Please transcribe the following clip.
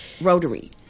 Rotary